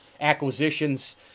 acquisitions